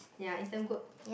ya is damn good